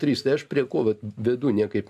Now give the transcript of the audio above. trys tai aš prie ko vat vedu niekaip